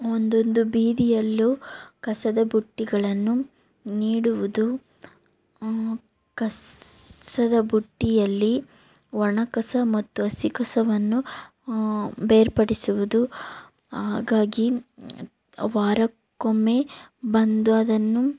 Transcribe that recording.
ಒಂದೊಂದು ಬೀದಿಯಲ್ಲೂ ಕಸದ ಬುಟ್ಟಿಗಳನ್ನು ನೀಡುವುದು ಕಸದ ಬುಟ್ಟಿಯಲ್ಲಿ ಒಣಕಸ ಮತ್ತು ಹಸಿಕಸವನ್ನು ಬೇರ್ಪಡಿಸುವುದು ಹಾಗಾಗಿ ವಾರಕ್ಕೊಮ್ಮೆ ಬಂದು ಅದನ್ನು